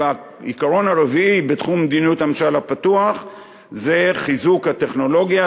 העיקרון הרביעי בתחום מדיניות הממשל הפתוח זה חיזוק הטכנולוגיה,